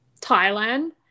Thailand